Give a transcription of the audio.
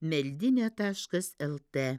meldinė taškas lt